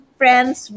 friends